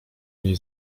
niej